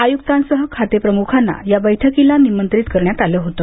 आयुक्तांसह खाते प्रमुखांना या बैठकीला निमंत्रित करण्यात आलं होतं